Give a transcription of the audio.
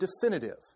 definitive